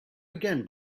again